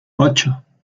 ocho